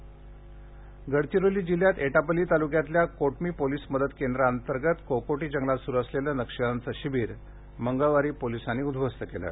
नक्षल शिबिर उद्ध्वस्त गडचिरोली जिल्ह्यात एटापल्ली तालुक्यातल्या कोटमी पोलिस मदत केंद्रांतर्गत कोकोटी जंगलात सूरु असलेलं नक्षल्यांचं शिबिर मंगळवारी पोलिसांनी उदध्वस्त केलं